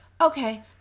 Okay